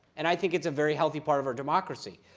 and i think it's a very healthy part of our democracy.